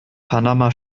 panama